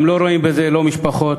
הם לא רואים בזה לא משפחות,